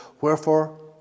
Wherefore